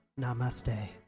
Namaste